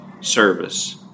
service